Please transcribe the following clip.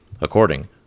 according